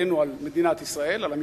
עלינו, על מדינת ישראל, על המשטרה.